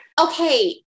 Okay